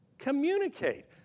communicate